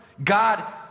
God